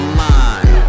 mind